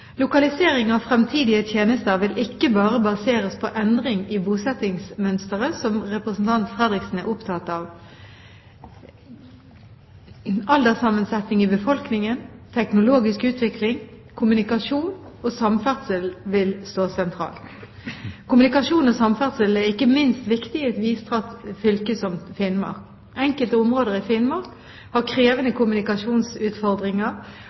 Lokalisering av fremtidige tjenester vil ikke bare baseres på endring i bosettingsmønsteret – som representanten Fredriksen er opptatt av. Alderssammensetning i befolkningen, teknologisk utvikling, kommunikasjon og samferdsel vil stå sentralt. Kommunikasjon og samferdsel er ikke minst viktig i et vidstrakt fylke som Finnmark. Enkelte områder i Finnmark har krevende